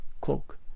cloak